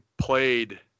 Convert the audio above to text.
played